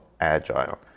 Agile